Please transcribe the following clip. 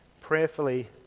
prayerfully